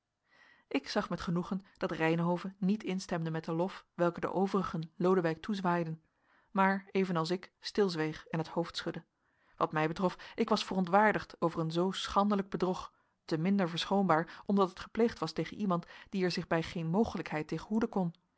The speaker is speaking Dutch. ik zag met genoegen dat reynhove niet instemde met den lof welken de overigen lodewijk toezwaaiden maar evenals ik stilzweeg en het hoofd schudde wat mij betrof ik was verontwaardigd over een zoo schandelijk bedrog te minder verschoonbaar omdat het gepleegd was tegen iemand die er zich bij geen mogelijkheid tegen hoeden kon